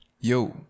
yo